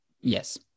Yes